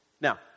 Now